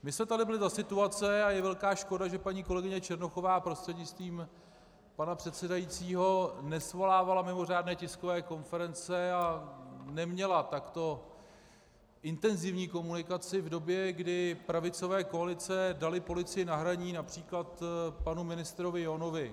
My jsme tady byli za situace, a je velká škoda, že paní kolegyně Černochová, prostřednictvím pana předsedajícího, nesvolávala mimořádné tiskové konference a neměla takto intenzivní komunikaci v době, kdy pravicové koalice daly policii na hraní například panu ministrovi Johnovi.